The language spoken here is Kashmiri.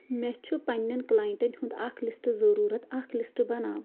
مےٚ چھُ پننِیٚن کٔلاینٹن ہُند اکھ لسٹ ضروٗرت اکھ لسٹ بناو